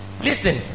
listen